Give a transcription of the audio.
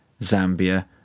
Zambia